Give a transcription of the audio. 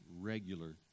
regular